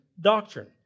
doctrine